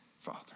Father